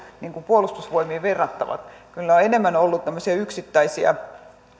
puolustusvoimiin verrattavat kyllä ne ovat enemmän olleet tämmöisiä yksittäisiä